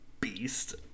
beast